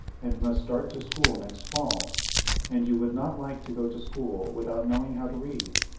and must start to school next fall and you would not like to go to school without knowing how to read.